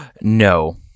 no